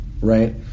right